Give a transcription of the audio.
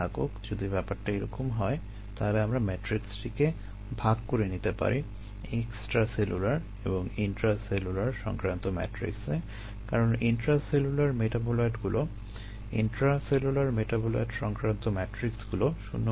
যদি ব্যাপারটা এরকম হয় তাহলে আমরা ম্যাট্রিক্সটিকে ভাগ করে নিতে পারি এক্সট্রাসেলুলার এবং ইন্ট্রাসেলুলার সংক্রান্ত ম্যাট্রিক্সে কারণ ইন্ট্রাসেলুলার মেটাবোলাইটগুলো ইন্ট্রাসেলুলার মেটাবোলাইট সংক্রান্ত ম্যাট্রিক্সগুলো শূণ্য হয়ে যাবে